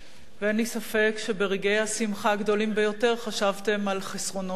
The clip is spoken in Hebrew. ואין לי ספק שברגעי השמחה הגדולים ביותר חשבתם על חסרונו שם.